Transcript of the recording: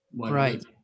Right